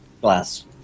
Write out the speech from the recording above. Glass